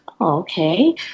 Okay